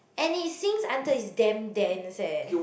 and it sinks until is damn dense eh